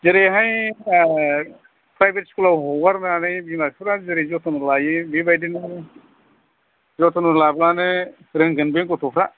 जेरैहाय प्रायभेत स्कुलाव हगारनानै बिमा बिफाफ्रा जेरै जथन' लायो बेबायदिनो जथन' लाब्लानो रोंगोनबे गथ'फ्रा